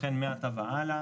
לכן מעתה והלאה